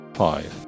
five